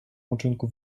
uczynku